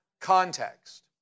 context